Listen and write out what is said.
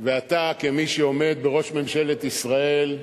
ואתה, כמי שעומד בראש ממשלת ישראל,